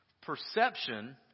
Perception